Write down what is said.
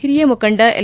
ಹಿರಿಯ ಮುಖಂಡ ಎಲ್